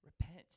repent